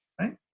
right